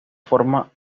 forma